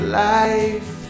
life